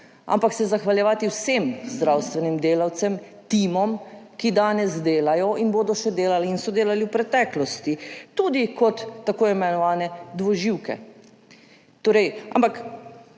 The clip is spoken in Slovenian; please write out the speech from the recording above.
ampak se zahvaljevati vsem zdravstvenim delavcem, timom, ki danes delajo in bodo še delali in so delali v preteklosti, tudi kot tako imenovane dvoživke,